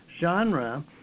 genre